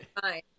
Fine